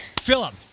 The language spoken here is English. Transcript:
Philip